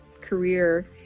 career